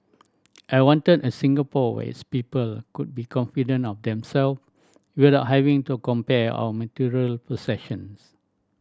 I wanted a Singapore where its people could be confident of themselves without having to compare our material possessions